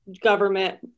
government